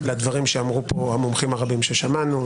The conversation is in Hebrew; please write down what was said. לדברים שאמרו כאן המומחים הרבים ששמענו,